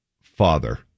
father